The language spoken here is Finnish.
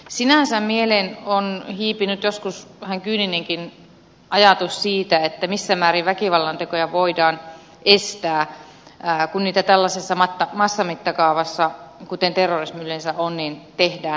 sinänsä mieleen on hiipinyt joskus vähän kyyninenkin ajatus siitä missä määrin väkivallantekoja voidaan estää kun niitä tällaisessa massamittakaavassa kuten terrorismi yleensä on tehdään